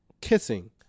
kissing